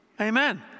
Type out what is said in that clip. Amen